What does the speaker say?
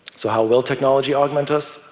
so how will technology augment us?